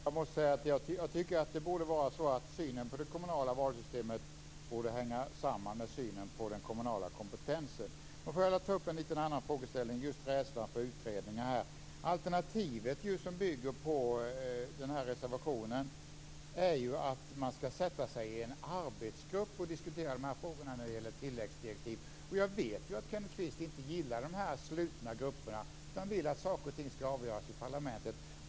Fru talman! Jag tycker att synen på det kommunala valsystemet borde hänga samman med synen på den kommunala kompetensen. Jag vill också ta upp en annan frågeställning, nämligen rädslan för utredningar. Det alternativ som bygger på reservationen är att man ska sätta sig i en arbetsgrupp och diskutera frågor om tilläggsdirektiv. Jag vet att Kenneth Kvist inte gillar sådana slutna grupper utan vill att saker och ting ska avgöras i parlamentet.